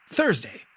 Thursday